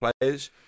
players